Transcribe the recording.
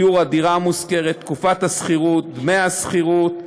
תיאור הדירה המושכרת, תקופת השכירות, דמי השכירות,